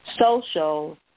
social